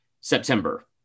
September